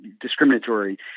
discriminatory